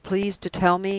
will you please to tell me?